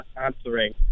answering